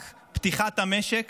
רק פתיחת המשק